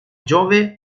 jove